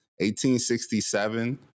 1867